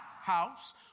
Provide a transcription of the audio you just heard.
house